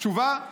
תשובה: